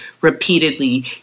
repeatedly